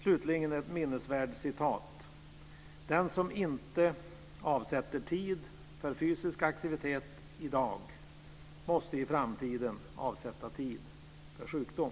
Slutligen ett minnesvärt citat: Den som inte avsätter tid för fysisk aktivitet i dag måste i framtiden avsätta tid för sjukdom.